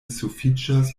sufiĉas